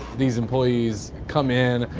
these employees come in,